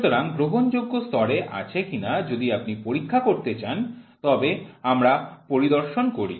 সুতরাং গ্রহণযোগ্য স্তরে আছে কিনা যদি আপনি পরীক্ষা করতে চান তবে আমরা পরিদর্শন করি